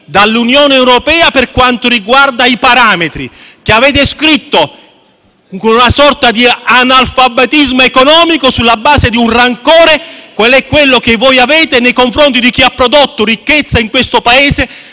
dall'Unione europea per quanto riguarda i parametri, che avete scritto, con una sorta di analfabetismo economico, sulla base di un rancore qual è quello che voi avete nei confronti di chi ha prodotto ricchezza in questo Paese,